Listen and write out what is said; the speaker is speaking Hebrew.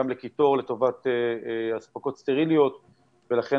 גם לקיטור לטובת אספקות סטריליות ולכן